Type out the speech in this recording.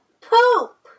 poop